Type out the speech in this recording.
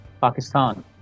Pakistan